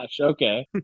Okay